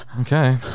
Okay